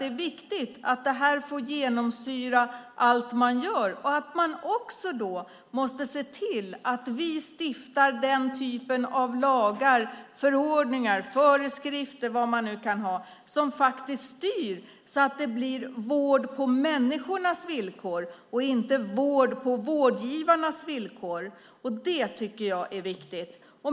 Det är viktigt att det får genomsyra allt man gör och att man också måste se till att vi stiftar den typ av lagar, förordningar och föreskrifter som styr så att det bli vård på människornas villkor och inte på vårdgivarnas villkor. Det tycker jag är viktigt.